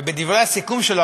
ובדברי הסיכום שלו,